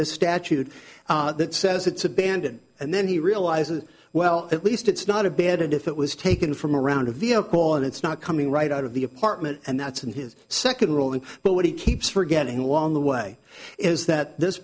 this statute that says it's abandoned and then he realizes well at least it's not a bed and if it was taken from around a via a call and it's not coming right out of the apartment and that's in his second rolling but what he keeps forgetting along the way is that this